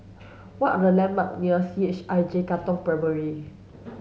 what are the landmarks near C H I J Katong Primary